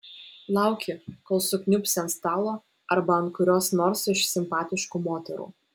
lauki kol sukniubsi ant stalo arba ant kurios nors iš simpatiškų moterų